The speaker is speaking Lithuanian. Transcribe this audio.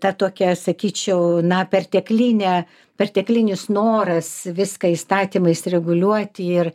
ta tokia sakyčiau na perteklinė perteklinis noras viską įstatymais reguliuoti ir